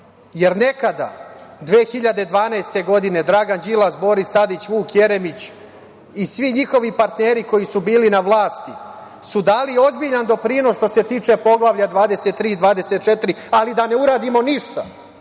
resora. Nekada, 2012. godine Dragan Đilas, Boris Tadić, Vuk Jeremić i svi njihovi partneri koji su bili na vlasti su dali ozbiljan doprinos što se tiče Poglavlja 23 i 24, ali da ne uradimo ništa,